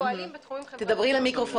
פועלים בתחומים חברתיים.